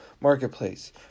marketplace